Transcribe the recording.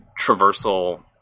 traversal